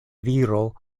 viro